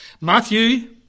Matthew